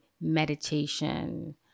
meditation